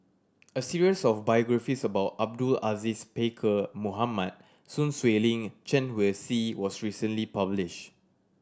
a series of biographies about Abdul Aziz Pakkeer Mohamed Sun Xueling Chen Wen Hsi was recently published